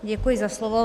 Děkuji za slovo.